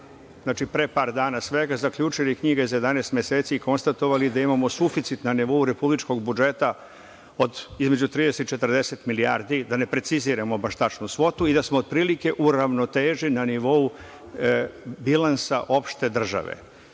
pre svega par dana, zaključili knjige za 11 meseci i konstatovali da imamo suficit na nivou republičkog budžeta između 30 i 40 milijardi, da ne preciziramo baš tačno svotu i da smo otprilike u ravnoteži na nivou bilansa opšte države.